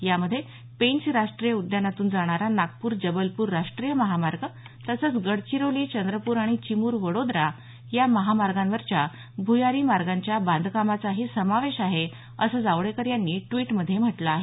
यामध्ये पेंच राष्ट्रीय उद्यानातून जाणारा नागपूर जबलपूर राष्ट्रीय महामार्ग तसंच गडचिरोली चंद्रपूर आणि चिमूर वडोदरा या महामार्गांवरच्या भ्यारी मार्गांच्या बांधकामाचाही समावेश आहे असं जावडेकर यांनी ट्वीटमध्ये म्हटलं आहे